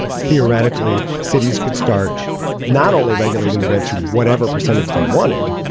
theoretically, cities could start not only regulating the rent to whatever percentage they wanted,